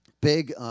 big